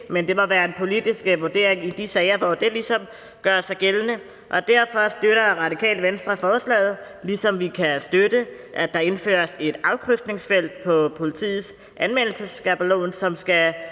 men det må være en politisk vurdering i de sager, hvor det ligesom gør sig gældende. Derfor støtter Radikale Venstre forslaget, ligesom vi kan støtte, at der indføres et afkrydsningsfelt på politiets anmeldelsesskabelon, som skal